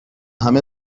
همه